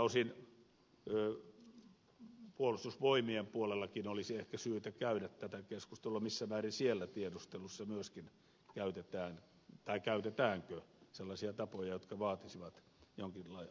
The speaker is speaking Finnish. tältä osin puolustusvoimienkin puolella olisi ehkä syytä käydä tätä keskustelua missä määrin siellä tiedustelussa myöskin käytetään tai käytetäänkö sellaisia tapoja jotka vaatisivat jonkinasteista rekisteröintiä